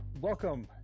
welcome